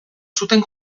zuten